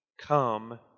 Come